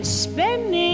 spending